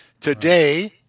Today